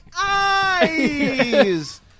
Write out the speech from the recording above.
eyes